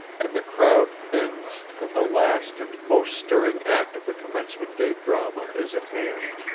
and the crowd thins and the last and most stirring act of the commencement-day drama is at hand.